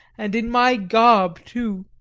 and in my garb, too!